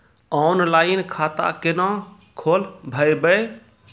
Online खाता केना खोलभैबै?